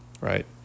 right